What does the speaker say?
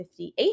58